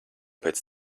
pēc